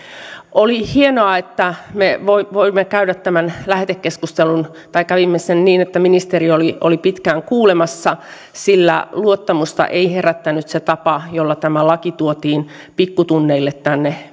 oli hienoa että me kävimme tämän lähetekeskustelun niin että ministeri oli oli pitkään kuulemassa sillä luottamusta ei herättänyt se tapa jolla tämä laki tuotiin pikkutunneilla tänne